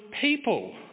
people